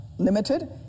limited